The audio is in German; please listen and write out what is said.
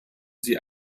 sie